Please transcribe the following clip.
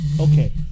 Okay